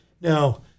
Now